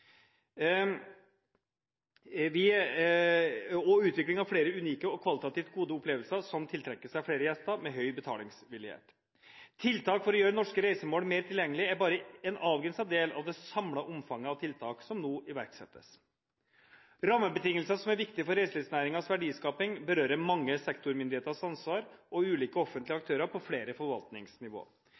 og utvikling av flere unike og kvalitativt gode opplevelser som tiltrekker seg flere gjester med høy betalingsvillighet. Tiltak for å gjøre norske reisemål mer tilgjengelig er bare en avgrenset del av det samlede omfanget av tiltak som nå iverksettes. Rammebetingelser som er viktige for reiselivsnæringens verdiskaping, berører mange sektormyndigheters ansvar og ulike offentlige aktører på flere